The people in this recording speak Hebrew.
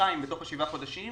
חודשיים בתוך שבעת החודשים